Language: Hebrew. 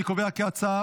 אני קובע כי ההצעה,